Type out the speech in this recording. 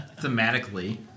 thematically